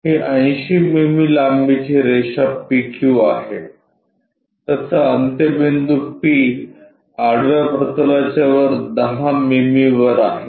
ही 80 मिमी लांबीची रेषा PQ आहे त्याचा अंत्यबिंदू P आडव्या प्रतलाच्या वर 10 मिमी वर आहे